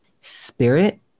spirit